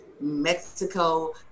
Mexico